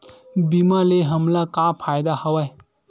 बीमा ले हमला का फ़ायदा हवय?